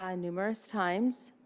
um numerous times,